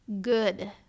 Good